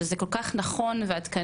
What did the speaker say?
שזה כל כך נכון ועדכני,